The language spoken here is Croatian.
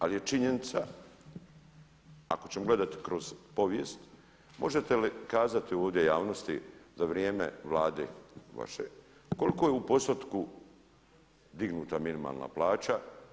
Ali je činjenica ako ćemo gledati kroz povijest, možete li kazati ovdje javnosti za vrijeme Vlade vaše koliko je u postotku dignuta minimalna plaća.